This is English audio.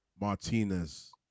Martinez